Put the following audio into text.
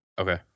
Okay